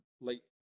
late